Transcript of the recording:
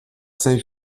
saint